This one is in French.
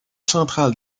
centrale